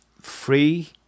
free